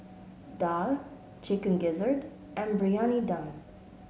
Daal Chicken Gizzard and Briyani Dum